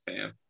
fam